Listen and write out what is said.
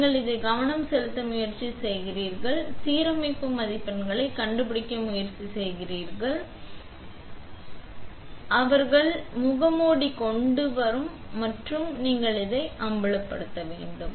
எனவே நீங்கள் அதை கவனம் செலுத்த முயற்சி செய்கிறீர்கள் மற்றும் நீங்கள் உங்கள் சீரமைப்பு மதிப்பெண்கள் கண்டுபிடிக்க முயற்சி மற்றும் நீங்கள் அதை சீரமைக்கப்பட்டது பின்னர் நீங்கள் ஒரு சீரமைப்பு காசோலை செய்ய அதே விஷயம் செய்ய வேண்டும் மற்றும் அவர்கள் முகமூடி கொண்டு வரும் மற்றும் நீங்கள் அதை அம்பலப்படுத்த வேண்டும்